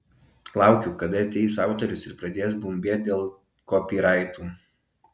laukiu kada ateis autorius ir pradės bumbėt dėl kopyraitų